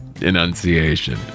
Enunciation